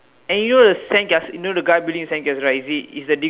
and you know the sandcastle you know the guy building the sandcastle right is he is the diff